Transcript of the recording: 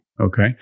Okay